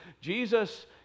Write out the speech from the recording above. Jesus